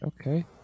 okay